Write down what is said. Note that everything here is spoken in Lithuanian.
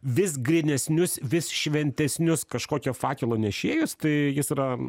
vis grynesnius vis šventesnius kažkokio fakelo nešėjus tai jis yra